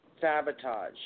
Sabotage